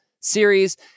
series